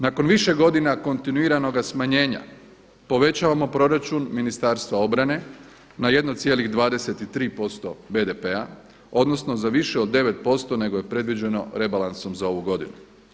Nakon više godina kontinuiranoga smanjenja povećavamo proračun Ministarstva obrane na 1,23% BDP-a, odnosno za više od 9% nego je predviđeno rebalansom za ovu godinu.